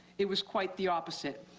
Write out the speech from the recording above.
it was quite the opposite.